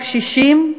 הקשישים?